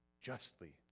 justly